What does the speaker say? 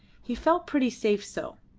he felt pretty safe so.